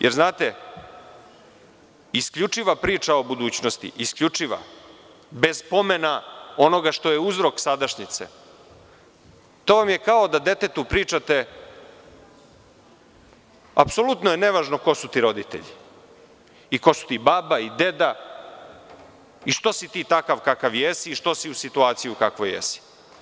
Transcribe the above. Jer, znate, isključiva priča o budućnosti, isključiva, bez pomena onoga što je uzrok sadašnjice, to vam je kao da detetu pričate - apsolutno je nevažno ko su ti roditelji, ko su ti baba i deda, što si ti takav kakav jesi i što si u situaciju u kakvoj jesi.